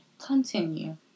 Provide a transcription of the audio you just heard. Continue